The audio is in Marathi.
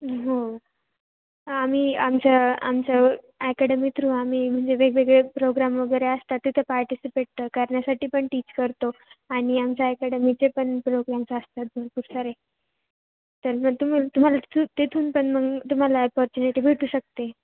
हो आम्हीही आमच्या आमचं अॅकॅडमी थ्रू आम्ही म्हणजे वेगवेगळे प्रोग्राम वगैरे असतात तिथे पार्टिसिपेट करण्यासाठी पण टीच करतो आणि आमच्या ॲकॅडमीचे पण प्रोग्राम्स असतात भरपूर सारे तर मग तुम तुम्हाला च तिथून पण मग तुम्हाला अपॉर्च्युनिटी भेटू शकते